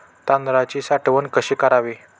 तांदळाची साठवण कशी करावी?